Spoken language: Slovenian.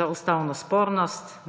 za ustavno spornost –